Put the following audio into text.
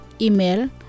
Email